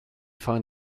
find